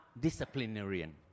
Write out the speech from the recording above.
disciplinarian